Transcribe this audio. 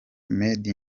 made